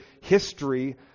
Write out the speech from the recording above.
history